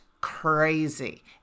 crazy